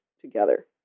together